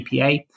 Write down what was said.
APA